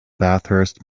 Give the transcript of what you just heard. bathurst